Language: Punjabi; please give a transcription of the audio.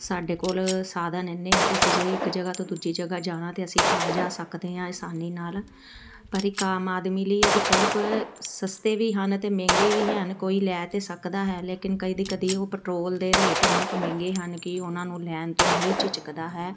ਸਾਡੇ ਕੋਲ ਸਾਧਨ ਇੰਨੇ ਆ ਕਿ ਅਸੀਂ ਜੇ ਇੱਕ ਜਗ੍ਹਾ ਤੋਂ ਦੂਜੀ ਜਗ੍ਹਾ ਜਾਣਾ ਤਾਂ ਅਸੀਂ ਆ ਜਾ ਸਕਦੇ ਹਾਂ ਆਸਾਨੀ ਨਾਲ ਪਰ ਇੱਕ ਆਮ ਆਦਮੀ ਲਈ ਇਹ ਵਿਕਲਪ ਸਸਤੇ ਵੀ ਹਨ ਅਤੇ ਮਹਿੰਗੇ ਵੀ ਹਨ ਕੋਈ ਲੈ ਤਾਂ ਸਕਦਾ ਹੈ ਲੇਕਿਨ ਕਦੇ ਕਦੇ ਉਹ ਪੈਟਰੋਲ ਦੇ ਰੇਟ ਇੰਨੇ ਕੁ ਮਹਿੰਗੇ ਹਨ ਕਿ ਉਹਨਾਂ ਨੂੰ ਲੈਣ ਤੋਂ ਹੀ ਝਿਜਕਦਾ ਹੈ